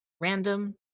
random